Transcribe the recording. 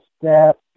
step